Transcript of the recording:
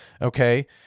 Okay